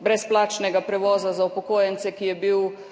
brezplačnega prevoza za upokojence, ki je bil tukaj